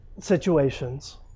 situations